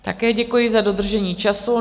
Také děkuji za dodržení času.